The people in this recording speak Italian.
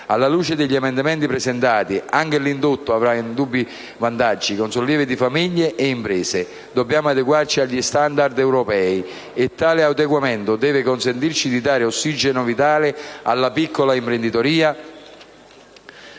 Alla luce degli emendamenti presentati, anche l'indotto avrà indubbi vantaggi, con sollievo di famiglie e imprese. Dobbiamo adeguarci agli *standard* europei e tale adeguamento deve consentirci di dare ossigeno vitale alla piccola imprenditoria.